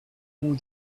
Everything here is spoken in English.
more